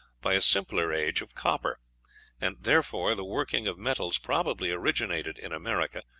by a simpler age of copper and, therefore, the working of metals probably originated in america,